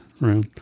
room